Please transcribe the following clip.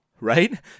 Right